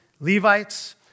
Levites